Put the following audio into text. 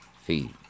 Feed